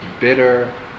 bitter